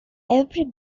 every